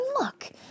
look